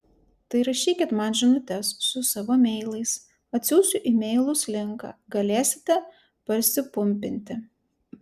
tai rašykit man žinutes su savo meilais atsiųsiu į meilus linką galėsite parsipumpinti